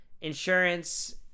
insurance